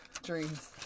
dreams